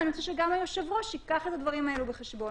ואני חושבת שגם היושב-ראש ייקח את הדברים האלו בחשבון.